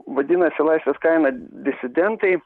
vadinasi laisvės kaina disidentai